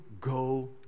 go